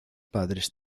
padres